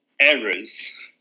errors